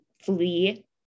flee